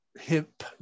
hip